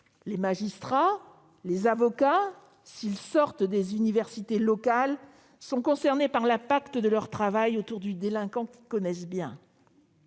Les magistrats et les avocats, s'ils sortent des universités locales, seront concernés par l'impact de leur travail autour du délinquant qu'ils connaissent bien.